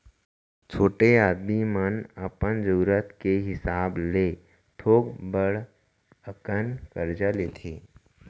छोटे आदमी मन अपन जरूरत के हिसाब ले थोक बड़ अकन करजा लेथें